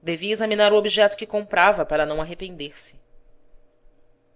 devia examinar o objeto que comprava para não arrepender-se